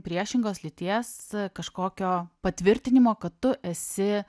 priešingos lyties kažkokio patvirtinimo kad tu esi